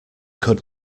could